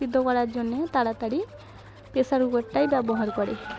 সেদ্ধ করার জন্যে তাড়াতাড়ি প্রেসার কুকারটাই ব্যবহার করে